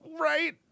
right